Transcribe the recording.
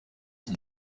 iki